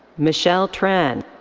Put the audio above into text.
michelle tran.